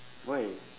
why